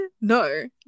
no